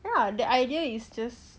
ya the idea is just